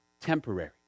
temporary